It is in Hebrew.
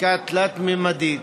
(חלקה תלת-ממדית),